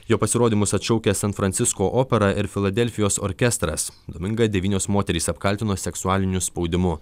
jo pasirodymus atšaukė san francisko opera ir filadelfijos orkestras domingą devynios moterys apkaltino seksualiniu spaudimu